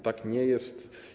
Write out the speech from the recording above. Tak nie jest.